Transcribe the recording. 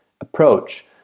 approach